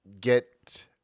get